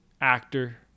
actor